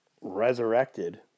resurrected